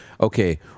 okay